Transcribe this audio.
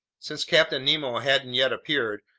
since captain nemo hadn't yet appeared,